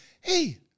hey